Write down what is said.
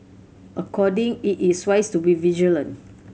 according it is wise to be vigilant